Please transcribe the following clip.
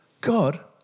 God